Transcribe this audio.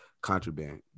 contraband